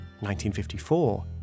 1954